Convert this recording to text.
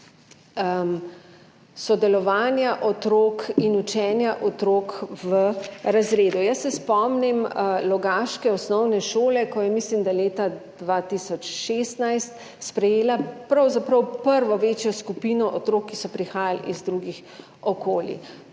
sodelovanja otrok in učenja otrok v razredu. Spomnim se logaške osnovne šole, ko je, mislim, da leta 2016, sprejela pravzaprav prvo večjo skupino otrok, ki so prihajali iz drugih okolij.